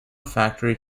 factory